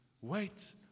Wait